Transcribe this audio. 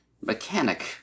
mechanic